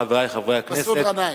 חברי חברי הכנסת,